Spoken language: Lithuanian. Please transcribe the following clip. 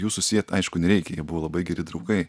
jų susiet aišku nereikia jie buvo labai geri draugai